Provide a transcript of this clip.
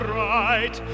right